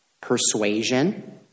persuasion